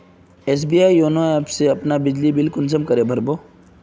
SBI YONO app से अपना बिजली बिल कुंसम करे भर बो?